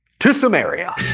to sumeria!